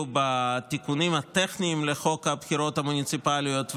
בתיקונים הטכניים לחוק הבחירות המוניציפליות,